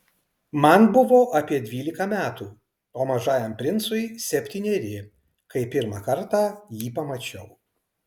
man buvo apie dvylika metų o mažajam princui septyneri kai pirmą kartą jį pamačiau